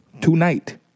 tonight